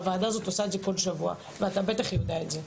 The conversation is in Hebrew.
הוועדה הזאת עושה את זה כל שבוע ואתה בטח יודע את זה.